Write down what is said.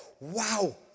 wow